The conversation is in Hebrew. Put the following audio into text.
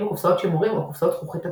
בקופסאות שימורים או קופסאות זכוכית אטומות.